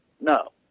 no